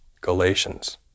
Galatians